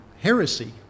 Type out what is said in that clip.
heresy